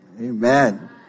Amen